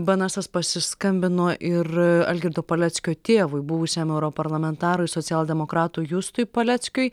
bnsas pasiskambino ir algirdo paleckio tėvui buvusiam europarlamentarui socialdemokratui justui paleckiui